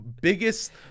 biggest